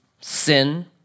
sin